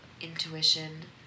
intuition